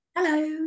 Hello